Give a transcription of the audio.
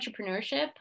entrepreneurship